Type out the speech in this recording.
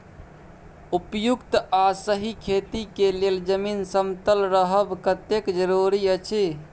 उपयुक्त आ सही खेती के लेल जमीन समतल रहब कतेक जरूरी अछि?